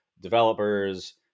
developers